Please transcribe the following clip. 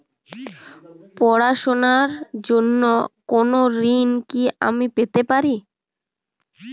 পড়াশোনা র জন্য কোনো ঋণ কি আমি পেতে পারি?